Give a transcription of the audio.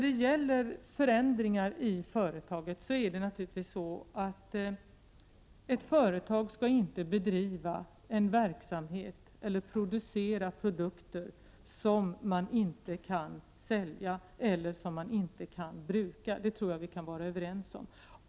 Ett företag skall inte bedriva en verksamhet eller producera produkter som man inte kan sälja eller som inte går att bruka. Det tror jag vi kan vara överens om.